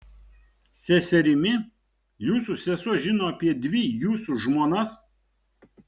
seserimi jūsų sesuo žino apie dvi jūsų žmonas